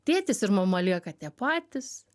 tėtis ir mama lieka tie patys